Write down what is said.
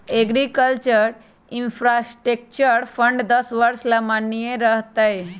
agriculture infrastructure fund दस वर्ष ला माननीय रह तय